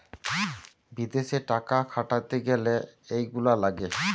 বিদেশে টাকা খাটাতে গ্যালে এইগুলা লাগে